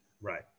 Right